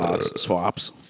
swaps